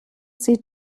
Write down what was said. sie